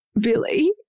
Billy